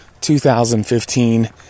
2015